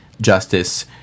justice